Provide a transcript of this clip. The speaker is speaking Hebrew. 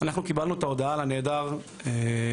אנחנו קיבלנו את ההודעה על הנעדר ב-4